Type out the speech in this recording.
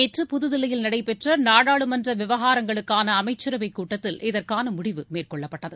நேற்று புதுதில்லியில் நடைபெற்ற நாடாளுமன்ற விவகாரங்களுக்கான அமைச்சரவை கூட்டத்தில் இதற்கான முடிவு மேற்கொள்ளப்பட்டது